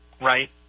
right